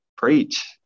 Preach